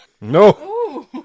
no